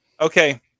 Okay